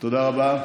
תודה רבה.